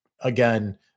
again